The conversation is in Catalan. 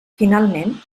finalment